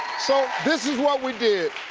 so this is what we did,